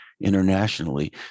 internationally